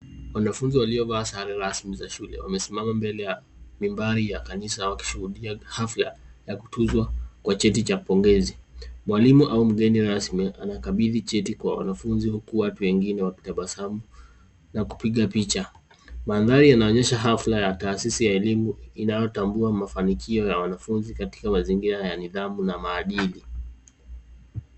Wanafunzi waliovaa sare rasmi za shule wamesimama mbele ya mimbari ya kanisa wakishuhudia hafla ya kutuzwa kwa cheti cha pongezi. Mwalimu au mgeni anakabidhi cheti kwa wanafunzi huku watu wengine wakitabasamu na kupiga picha. Mandhari inaonyesha hafla ya taasisi ya elimu inayotambua mafanikio ya wanafunzi katika mazingira ya nidhamu na maadili.